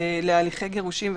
שלהליכי גירושין,